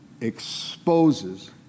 exposes